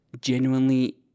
genuinely